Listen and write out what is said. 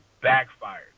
backfired